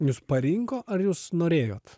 jus parinko ar jūs norėjot